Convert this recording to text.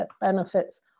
benefits